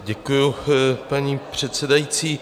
Děkuju, paní předsedající.